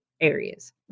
areas